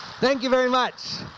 thank you very much,